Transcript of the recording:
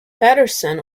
patterson